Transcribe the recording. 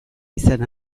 izan